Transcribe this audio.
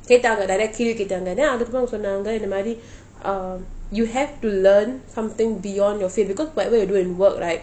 கேட்டாங்க:kettanga direct கேள்வி கேட்டாங்க:kelvi kettanga then அதற்கு அப்ரம் சொன்னாங்க இந்த மாதிரி:atharku apram sonnanka intha mathiri um you have to learn something beyond your field because whatever you do in work right